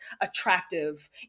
attractive